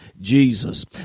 Jesus